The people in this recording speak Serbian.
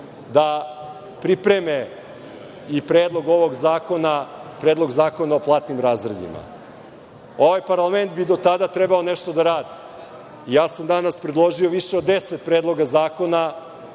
da pripreme i predlog ovog zakona, Predlog zakona o platnim razredima. Ovaj parlament bi do tada trebalo nešto da radi. Ja sam danas predložio više od deset predloga zakona